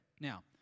Now